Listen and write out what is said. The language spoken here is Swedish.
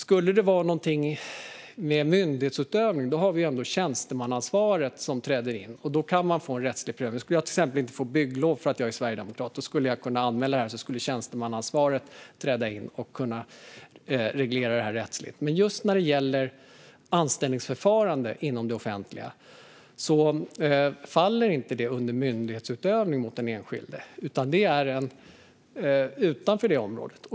Skulle det handla om myndighetsutövningen har vi ändå tjänstemannaansvaret som träder in. Då kan man få en rättslig prövning. Om jag till exempel inte få bygglov för att jag är sverigedemokrat skulle jag kunna anmäla det, och då skulle tjänstemannaansvaret träda in och kunna reglera detta rättsligt. Men just anställningsförfarandet inom det offentliga faller inte inom myndighetsutövning mot den enskilde, utan det är utanför detta område.